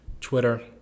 Twitter